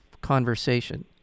conversation